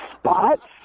spots